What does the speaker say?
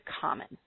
common